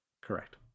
Correct